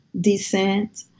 descent